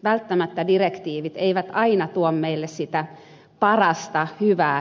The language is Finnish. välttämättä direktiivit eivät aina tuo meille sitä parasta hyvää